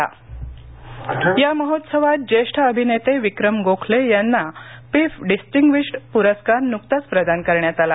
PIFF या महोत्सवात ज्येष्ठ अभिनेते विक्रम गोखले यांना पिफ डिस्टिंग्विश्ड पूरस्कार न्कताच प्रदान करण्यात आला